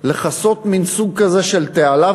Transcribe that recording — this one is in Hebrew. לכסות מין סוג כזה של תעלה,